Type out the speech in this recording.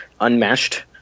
unmatched